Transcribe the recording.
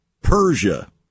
Persia